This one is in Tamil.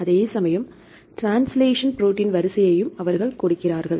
அதே சமயம் ட்ரான்ஸ்லேஷன் ப்ரோடீன் வரிசையையும் அவர்கள் கொடுக்கிறார்கள்